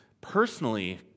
personally